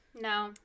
no